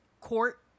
court